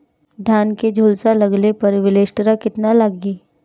धान के झुलसा लगले पर विलेस्टरा कितना लागी?